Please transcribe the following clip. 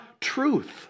truth